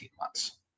months